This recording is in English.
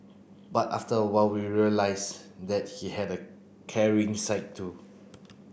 but after a while we realised that he had a caring side too